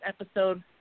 episode